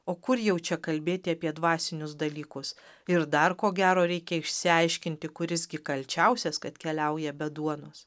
o kur jau čia kalbėti apie dvasinius dalykus ir dar ko gero reikia išsiaiškinti kuris gi kalčiausias kad keliauja be duonos